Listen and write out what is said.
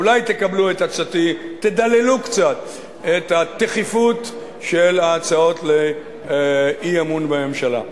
שאולי תקבלו את הצעתי ותדללו קצת את התכיפות של ההצעות לאי-אמון בממשלה.